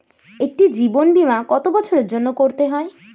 একটি জীবন বীমা কত বছরের জন্য করতে হয়?